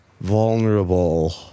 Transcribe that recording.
vulnerable